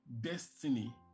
destiny